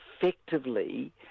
effectively